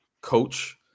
coach